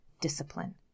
discipline